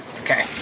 okay